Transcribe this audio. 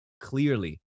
clearly